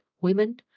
women